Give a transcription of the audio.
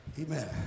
Amen